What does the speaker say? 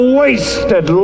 wasted